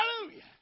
Hallelujah